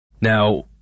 Now